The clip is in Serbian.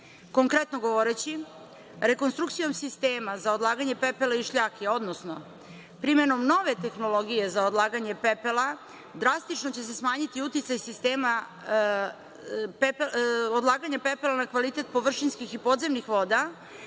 Konkretno govoreći, rekonstrukcijom sistema za odlaganje pepela i šljake, odnosno primenom nove tehnologije za odlaganje pepela, drastično će se smanjiti uticaj odlaganja pepela na kvalitet površinskih i podzemnih voda,